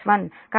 కాబట్టి Ic j0